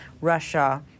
Russia